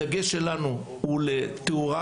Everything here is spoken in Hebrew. הדגש שלנו הוא לתאורה,